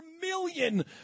million